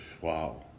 wow